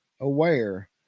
aware